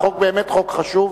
החוק באמת חוק חשוב.